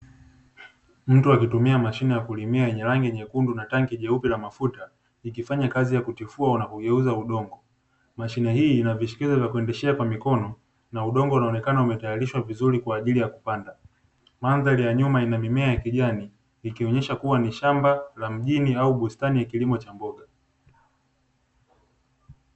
Mtu akitumia mashine ya kulimia yenye rangi nyekundu na tanki jeupe la mafuta, ikifanya kazi ya kutifua na kugeuza udongo. Mashine hii ina vishikio vya kuendeshea kwa mikono, na udongo unaonekana umetayarishwa vizuri kwa ajili ya kupanda. Mandhari ya nyuma ina mimea ya kijani ikionyesha kuwa ni shamba la mjini au bustani ya kilimo cha mboga.